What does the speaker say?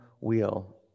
wheel